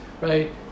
right